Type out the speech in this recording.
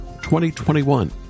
2021